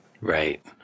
Right